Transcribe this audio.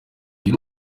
uyu